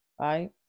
right